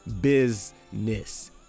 business